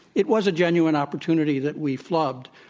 it was a genuine opportunity that we flubbed.